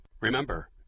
Remember